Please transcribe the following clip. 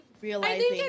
realizing